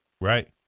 Right